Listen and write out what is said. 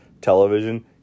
television